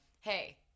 hey